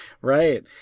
Right